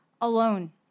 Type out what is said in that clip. alone